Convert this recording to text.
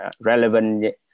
relevant